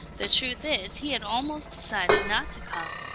the truth is, he had almost decided not to come.